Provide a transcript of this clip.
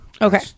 Okay